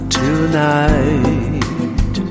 tonight